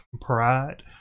pride